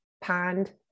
pond